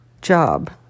Job